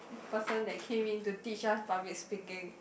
person that came in to teach us public speaking